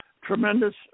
tremendous